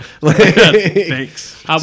Thanks